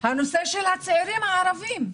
אחוז די גדול מהצעירים הערבים,